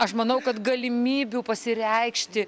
aš manau kad galimybių pasireikšti